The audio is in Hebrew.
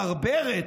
הברברת,